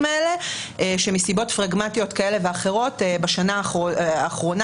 האלה שמסיבות פרגמטיות כאלה ואחרות בשנה האחרונה